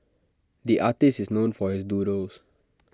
the artist is known for his doodles